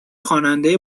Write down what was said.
خواننده